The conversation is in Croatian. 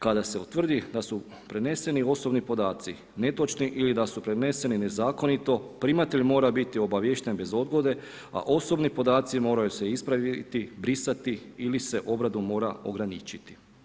Kada se utvrdi da su prenesi osobni podaci netočni ili da su preneseni nezakonito, primatelj mora biti obaviješten bez odgode, a osobni podaci moraju se ispraviti, brisati ili se obradom mora ograničiti.